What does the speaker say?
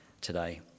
today